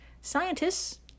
scientists